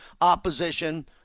opposition